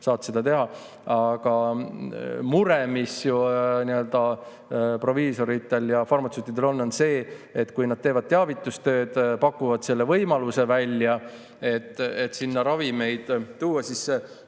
saad seda teha. Aga mure, mis proviisoritel ja farmatseutidel on, on see, et kui nad teevad teavitustööd, pakuvad välja selle võimaluse, et sinna [võib] ravimeid tuua, siis